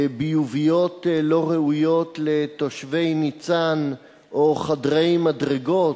"ביוביות" לא ראויות לתושבי ניצן או חדרי מדרגות,